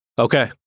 Okay